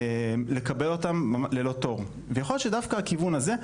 לקבל אותם ללא תור ויכול להיות שדווקא הכיוון הזה.